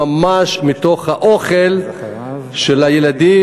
ממש מתוך האוכל של הילדים.